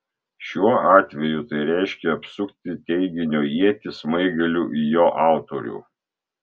šiuo atveju tai reiškia apsukti teiginio ietį smaigaliu į jo autorių